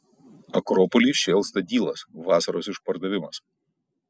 akropoly šėlsta dylas vasaros išpardavimas